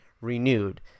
renewed